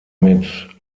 mit